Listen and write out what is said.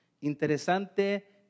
Interesante